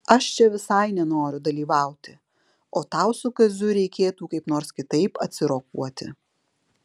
aš čia visai nenoriu dalyvauti o tau su kaziu reikėtų kaip nors kitaip atsirokuoti